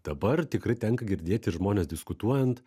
dabar tikrai tenka girdėti žmones diskutuojant